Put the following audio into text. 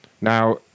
Now